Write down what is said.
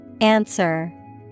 Answer